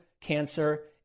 cancer